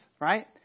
Right